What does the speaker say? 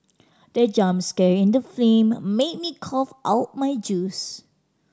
the jump scare in the film made me cough out my juice